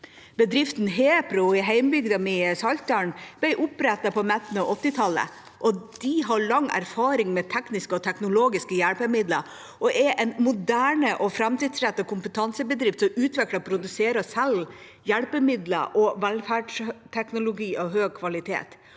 mi Saltdal ble opprettet på midten av 1980-tallet. De har lang erfaring med tekniske og teknologiske hjelpemidler og er en moderne og framtidsrettet kompetansebedrift som utvikler, produserer og selger hjelpemidler og velferdsteknologi av høy kvalitet.